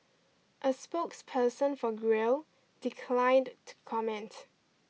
a spokeperson for Grail declined to comment